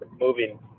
moving